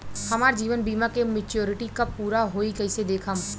हमार जीवन बीमा के मेचीयोरिटी कब पूरा होई कईसे देखम्?